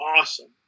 awesome